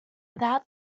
without